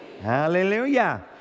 Hallelujah